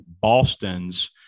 Boston's